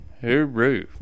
Hooroo